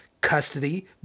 custody